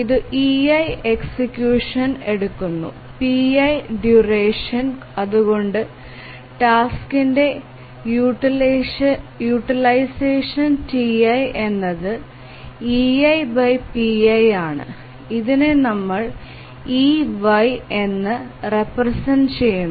ഇതു ei execution എടുക്കുന്നു pi ഡ്യൂറഷൻനു അതുകൊണ്ട് ടാസ്കിന്റെ യൂട്ടിലൈസഷൻ ti എന്നത് eipi ആണ് ഇതിനെ നമ്മൾ ey എന്നു റെപ്രെസെന്റ് ചെയുന്നു